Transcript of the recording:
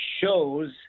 shows